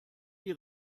die